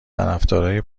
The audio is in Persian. طرفدارای